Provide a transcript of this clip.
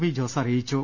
V Jose അറിയിച്ചു